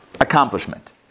accomplishment